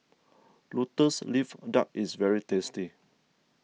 Lotus Leaf Duck is very tasty